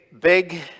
big